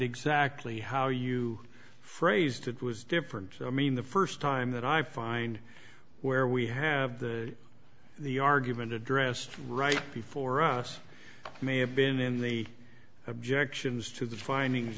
exactly how you phrased it was different i mean the first time that i find where we have the the argument addressed right before us may have been in the objections to the findings